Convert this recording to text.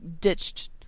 ditched